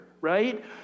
Right